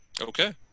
okay